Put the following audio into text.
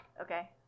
Okay